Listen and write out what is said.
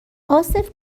عاصف